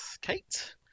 kate